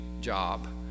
job